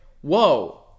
whoa